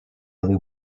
only